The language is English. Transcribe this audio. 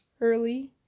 early